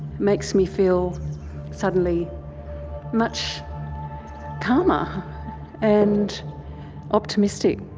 makes me feel suddenly much calmer and optimistic.